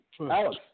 Alex